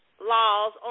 laws